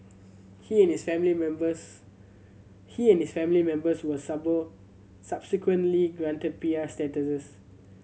he and his family members he and his family members were subsequently granted P R status